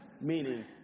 meaning